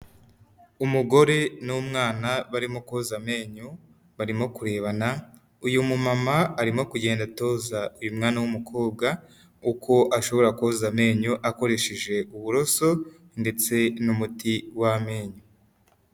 Umugore n'umwana barimo koza amenyo, barimo kurebana, uyu mumama arimo kugenda atoza uyu mwana w'umukobwa uko ashobora koza amenyo akoresheje uburoso ndetse n'umuti w'amenyo.